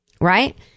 Right